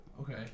Okay